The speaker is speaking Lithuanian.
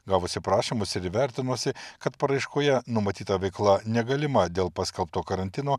gavusi prašymus ir įvertinusi kad paraiškoje numatyta veikla negalima dėl paskelbto karantino